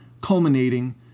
culminating